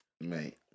mate